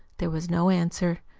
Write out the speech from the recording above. there was no answer.